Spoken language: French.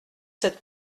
cette